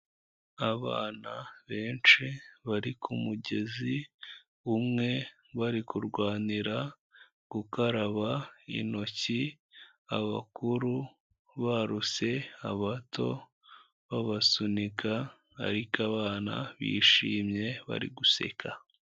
Abana benshi bari ku mugezi umwe bari kurwanira gukaraba intoki, abakuru baruse abato babasunika ariko abana bishimye bari guseka.